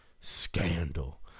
Scandal